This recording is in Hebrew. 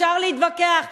אפשר להתווכח,